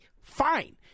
Fine